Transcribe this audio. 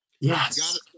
Yes